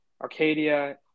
arcadia